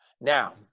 now